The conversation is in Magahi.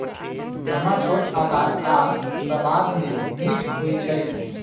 समा छोट अकार आऽ सबाद में मीठ होइ छइ